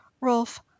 Rolf